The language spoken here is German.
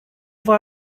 war